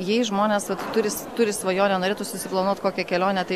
jei žmonės vat turi turi svajonę norėtų susiplanuot kokią kelionę tai